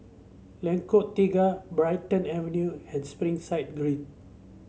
Lengkong Tiga Brighton Avenue and Springside Green